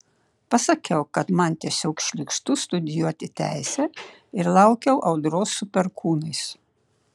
pasakiau kad man tiesiog šlykštu studijuoti teisę ir laukiau audros su perkūnais